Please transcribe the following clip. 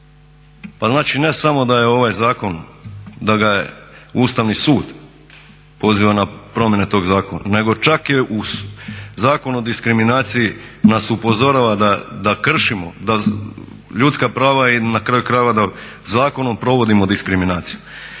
Pa znači ne samo da je ovaj zakon da ga je Ustavni sud poziva na promjene tog zakona nego čak je Zakon o diskriminaciji nas upozorava da kršimo, da ljudska prava i na kraju krajeva zakonom provodimo diskriminaciju.